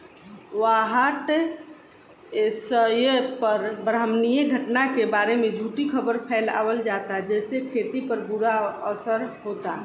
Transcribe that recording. WhatsApp पर ब्रह्माण्डीय घटना के बारे में झूठी खबर फैलावल जाता जेसे खेती पर बुरा असर होता